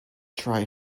try